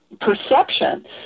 perception